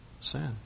sin